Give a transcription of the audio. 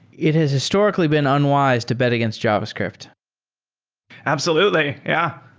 it has historically been unwise to bet against javascript absolutely. yeah.